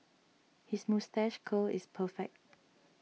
his moustache curl is perfect